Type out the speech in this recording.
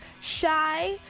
Shy